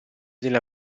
nella